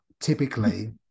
typically